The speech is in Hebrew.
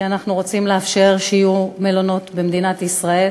כי אנחנו רוצים לאפשר שיהיו מלונות במדינת ישראל,